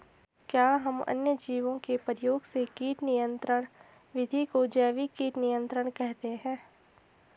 क्या हम अन्य जीवों के प्रयोग से कीट नियंत्रिण विधि को जैविक कीट नियंत्रण कहते हैं?